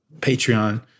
Patreon